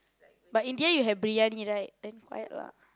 but in the end you had briyani right then quiet lah